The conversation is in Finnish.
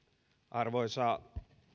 arvoisa